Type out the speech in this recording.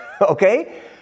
Okay